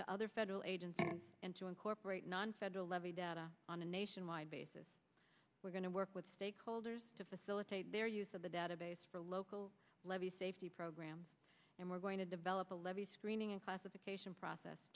to other federal agencies and to incorporate nonfederal levee data on a nationwide basis we're going to work with stakeholders to facilitate their use of the database for local safety program and we're going to develop a levy screening in classification process